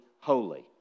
holy